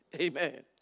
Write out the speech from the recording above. Amen